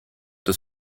des